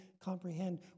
comprehend